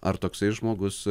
ar toksai žmogus